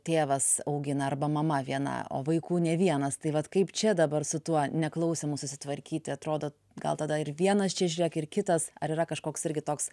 tėvas augina arba mama viena o vaikų ne vienas tai vat kaip čia dabar su tuo neklausymu susitvarkyti atrodo gal tada ir vienas čia žiūrėk ir kitas ar yra kažkoks irgi toks